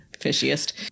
fishiest